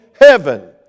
heaven